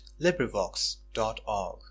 LibriVox.org